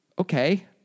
Okay